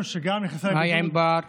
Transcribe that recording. מה שאנחנו מכנים VC,